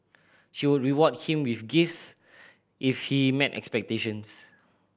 she would reward him with gifts if he met expectations